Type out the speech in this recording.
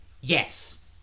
yes